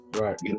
Right